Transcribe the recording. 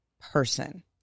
person